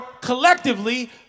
collectively